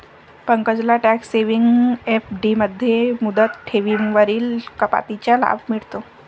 पंकजला tax saving FD मध्ये मुदत ठेवींवरील कपातीचा लाभ मिळतो